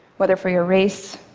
whether for your race,